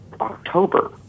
October